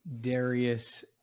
Darius